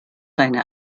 deine